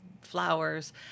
flowers